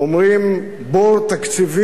אומרים בור תקציבי?